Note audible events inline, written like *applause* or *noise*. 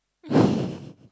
*laughs*